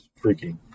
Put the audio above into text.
freaking